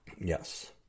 Yes